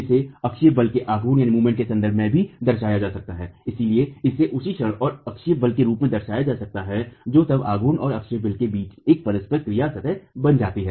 इसे अक्षीय बल के आघूर्ण के संदर्भ में भी दर्शाया जा सकता है इसलिए इसे उसी क्षण और अक्षीय बल के रूप में दर्शाया जा सकता है जो तब आघूर्ण और अक्षीय बल में एक परस्पर क्रिया सतह बन जाती है